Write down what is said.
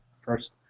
first